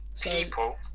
people